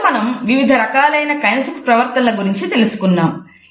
ఈరోజు మనం వివిధ రకాలైన కైనేసిక్స్ ప్రవర్తనల గురించి తెలుసుకున్నాము